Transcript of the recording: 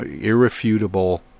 irrefutable